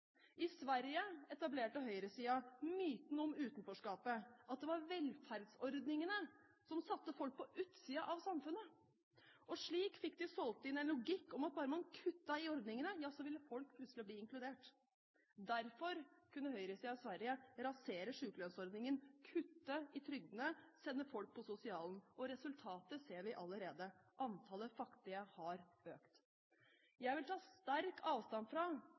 I Sverige etablerte høyresiden myten om utenforskapet, at det var velferdsordningene som satte folk på utsiden av samfunnet. Slik fikk de solgt inn en logikk om at bare man kuttet i ordningene, ville folk plutselig bli inkludert. Derfor kunne høyresiden i Sverige rasere sykelønnsordningen, kutte i trygdene og sende folk på sosialen. Og resultatet ser vi allerede: Antallet fattige har økt. Jeg vil ta sterkt avstand fra